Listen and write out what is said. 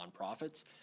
nonprofits